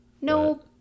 No